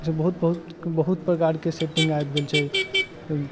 जे बहुत प्रकारके सेटिङ्ग आबि गेल छै